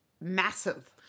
massive